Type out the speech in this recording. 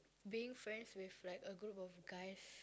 being friends with like a group of guys